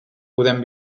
podem